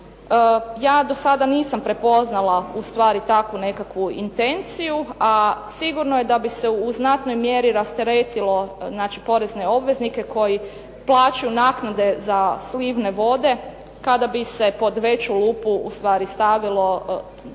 Ja do sada nisam prepoznala ustvari takvu nekakvu intenciju, a sigurno je da bi se u znatnoj mjeri rasteretilo znači porezne obveznike koji plaćaju naknade za slivne vode, kada bi se pod veću lupu ustvari